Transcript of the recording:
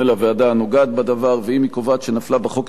ואם היא קובעת שנפלה בחוק טעות הנובעת מפליטת קולמוס,